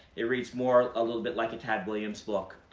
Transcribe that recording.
it reads more a little bit like a tad williams book.